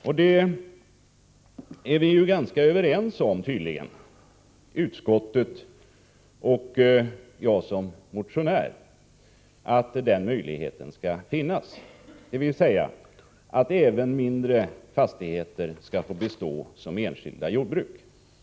Utskottet är tydligen överens med mig om att möjligheten skall finnas att även mindre fastigheter skall få bestå som enskilda jordbruk. Ändå avslås motionen.